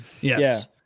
Yes